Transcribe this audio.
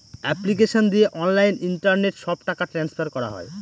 application দিয়ে online internet সব টাকা ট্রান্সফার করা হয়